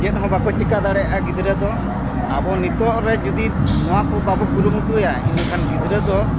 ᱪᱮᱫ ᱦᱚᱸ ᱵᱟᱠᱚ ᱪᱤᱠᱟᱹ ᱫᱟᱲᱮᱭᱟᱜᱼᱟ ᱜᱤᱫᱽᱨᱟᱹ ᱫᱚ ᱟᱵᱚ ᱱᱤᱛᱳᱜ ᱨᱮ ᱡᱩᱫᱤ ᱱᱚᱣᱟ ᱠᱚ ᱵᱟᱵᱚ ᱠᱩᱨᱩᱢᱩᱴᱩᱭᱟ ᱤᱱᱟᱹ ᱠᱷᱟᱱ ᱜᱤᱫᱽᱨᱟᱹ ᱫᱚ